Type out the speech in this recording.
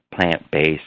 plant-based